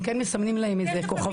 הם כן מסמנים להם איזה כוכבית.